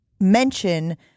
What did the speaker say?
mention